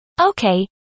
Okay